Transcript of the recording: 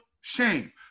shame